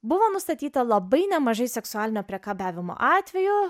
buvo nustatyta labai nemažai seksualinio priekabiavimo atvejų